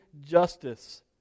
justice